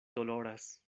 doloras